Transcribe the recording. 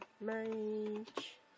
Mage